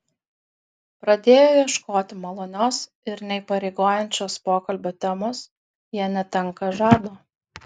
pradėję ieškoti malonios ir neįpareigojančios pokalbio temos jie netenka žado